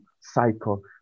cycle